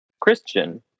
christian